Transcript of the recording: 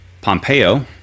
Pompeo